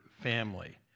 family